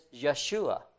Yeshua